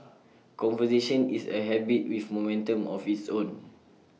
conversation is A habit with momentum of its own